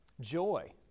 joy